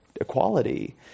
equality